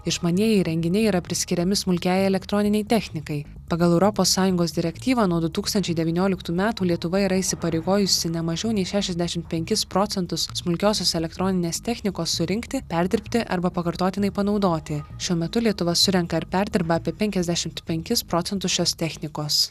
išmanieji įrenginiai yra priskiriami smulkiajai elektroninei technikai pagal europos sąjungos direktyvą nuo du tūkstančiai devynioliktų metų lietuva yra įsipareigojusi ne mažiau nei šešiasdešimt penkis procentus smulkiosios elektroninės technikos surinkti perdirbti arba pakartotinai panaudoti šiuo metu lietuva surenka ir perdirba apie penkiasdešimt penkis procentus šios technikos